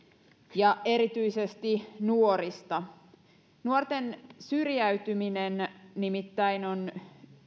ja erityisesti nuorista nuorten syrjäytyminen nimittäin on